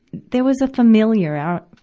there was a familiara,